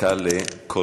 דקה לכל מביע דעה.